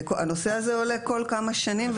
הנושא הזה עולה כל כמה שנים.